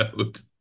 out